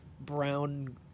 brown